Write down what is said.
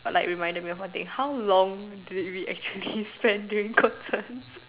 like reminded me of one thing how long did we actually spend during concerts